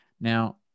Now